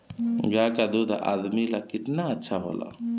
गाय का दूध आदमी ला कितना अच्छा होला?